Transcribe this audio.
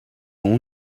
اون